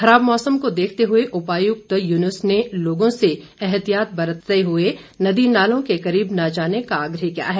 खराब मौसम को देखते हुए उपायुक्त युनूस ने लोगों से एहतियात बरतते हुए नदी नालों के करीब न जाने का आग्रह किया है